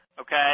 okay